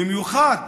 במיוחד